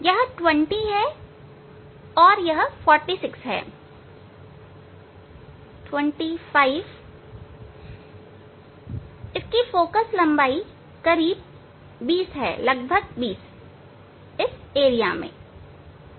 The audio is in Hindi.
यह 20 और 46 25 इसकी फोकललंबाई करीब 20 है लगभग 20 इस क्षेत्र में 25 है